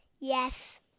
Yes